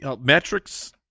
metrics